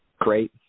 great